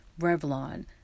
Revlon